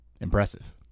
Impressive